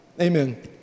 Amen